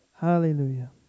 Hallelujah